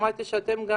שמעתי שאתם גם